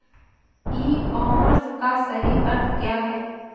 ई commerce का सही अर्थ क्या है?